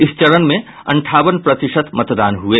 इस चरण में अंठावन प्रतिशत मतदान हुये